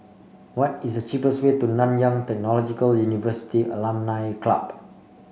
what is the cheapest way to Nanyang Technological University Alumni Club